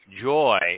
joy